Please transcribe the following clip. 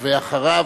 ואחריו,